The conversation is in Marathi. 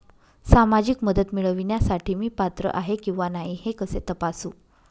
सामाजिक मदत मिळविण्यासाठी मी पात्र आहे किंवा नाही हे कसे तपासू?